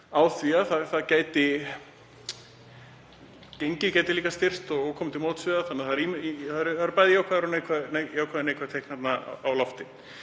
á því að gengið gæti líka styrkst og komið til móts við það þannig að það eru bæði jákvæð og neikvæð teikn á lofti.